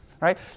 Right